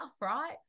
right